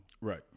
Right